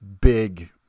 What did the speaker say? big